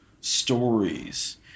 stories